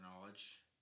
knowledge